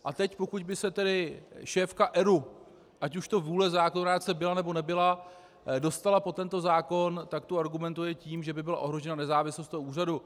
A teď pokud by se tedy šéfka ERÚ, ať už to vůle zákonodárce byla, nebo nebyla, dostala pod tento zákon, tak tu argumentuje tím, že by byla ohrožena nezávislost toho úřadu.